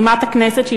בימת הכנסת,